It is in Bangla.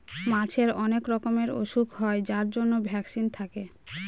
মাছের অনেক রকমের ওসুখ হয় যার জন্য ভ্যাকসিন থাকে